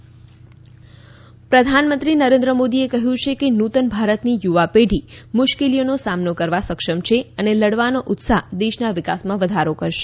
આસામ પ્રધાનમંત્રી પ્રધાનમંત્રી નરેન્દ્ર મોદીએ કહ્યું છે કે નૂતન ભારતની યુવા છે ઢી મુશ્કેલીઓનો સામનો કરવા સક્ષમ છે અને લડવાનો ઉત્સાહ દેશના વિકાસમાં વધારો કરશે